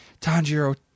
Tanjiro